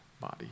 body